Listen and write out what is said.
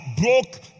broke